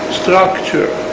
structure